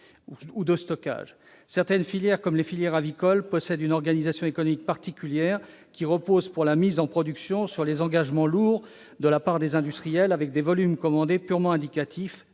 ou de stockage. Certaines filières, comme la filière avicole, possèdent une organisation économique particulière, qui repose, pour la mise en production, sur des engagements lourds de la part des industriels, avec des volumes commandés purement indicatifs,